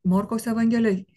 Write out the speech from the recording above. morkaus evangelija